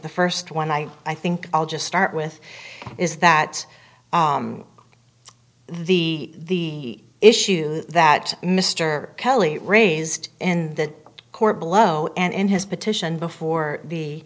the first one i i think i'll just start with is that the issue that mr kelly raised in the court below and in his petition before the